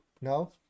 No